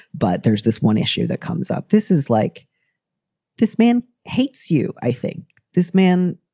but there's this one issue that comes up. this is like this man hates you. i think this man.